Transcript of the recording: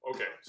Okay